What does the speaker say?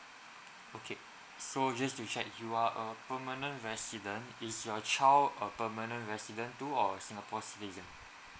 okay so just to check you are a permanent resident is your child a permanent resident too or a singapore citizen